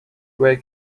gray